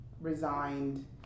resigned